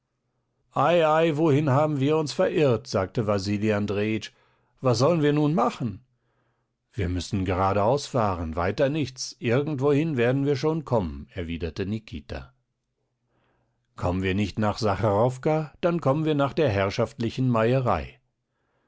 ei ei wohin haben wir uns verirrt sagte wasili andrejitsch was sollen wir nun machen wir müssen geradeaus fahren weiter nichts irgendwohin werden wir schon kommen erwiderte nikita kommen wir nicht nach sacharowka dann kommen wir nach der herrschaftlichen meierei